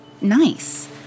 nice